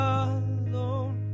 alone